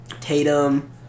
Tatum